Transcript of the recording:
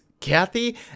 Kathy